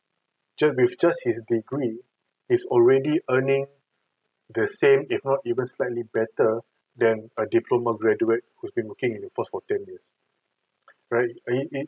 just with just his degree he's already earning the same if not slightly better than a diploma graduate who's been working in the past for ten years right you you